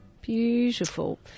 Beautiful